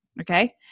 okay